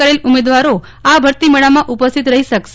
કરેલ ઉમેદવારો આ ભરતી મેળામાં ઉપસ્થિવત રઠ્ઠી શકશે